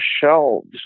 shelves